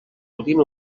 podien